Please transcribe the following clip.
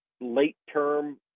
late-term